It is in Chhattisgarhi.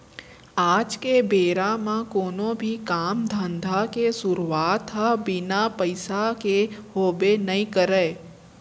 आज के बेरा म कोनो भी काम धंधा के सुरूवात ह बिना पइसा के होबे नइ करय